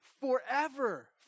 forever